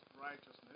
righteousness